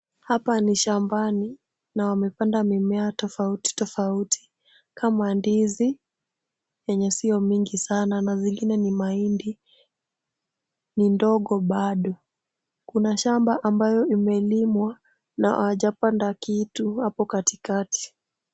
Hapa ni shambani na wamepanda mimea tofauti tofauti kama ndizi yenye sio mingi sana na zingine ni mahindi ni ndogo bado. Kuna shamba ambayo imelimwa na hawajapanda kitu hapo katikati.